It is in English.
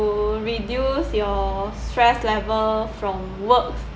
reduce your stress level from works